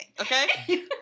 okay